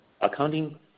accounting